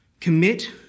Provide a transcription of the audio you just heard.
Commit